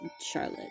charlotte